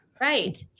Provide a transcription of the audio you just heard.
Right